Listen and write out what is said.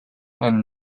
and